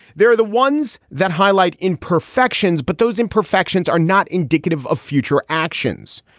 they're the ones that highlight imperfections. but those imperfections are not indicative of future actions.